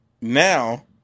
Now